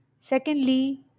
Secondly